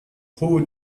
who